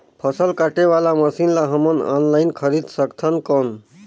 फसल काटे वाला मशीन ला हमन ऑनलाइन खरीद सकथन कौन?